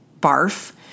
barf